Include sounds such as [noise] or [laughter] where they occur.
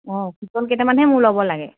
অঁ [unintelligible] কেইটামানহে মোৰ ল'ব লাগে